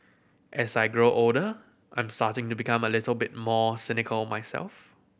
as I grow older I'm starting to become a little bit more cynical myself